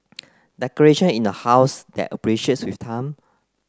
decoration in the house that appreciates with time